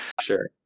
sure